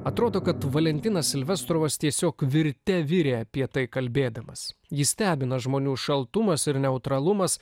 atrodo kad valentinas silvestros tiesiog virte virė apie tai kalbėdamas jį stebino žmonių šaltumas ir neutralumas